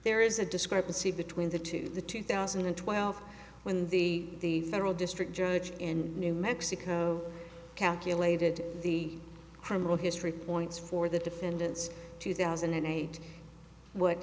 there is a discrepancy between the two the two thousand and twelve when the federal district judge in new mexico calculated the criminal history points for the defendants two thousand and eight what